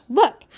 look